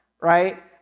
right